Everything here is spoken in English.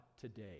today